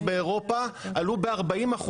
באירופה עלו ב-40%.